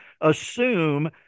assume